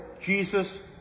Jesus